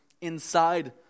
inside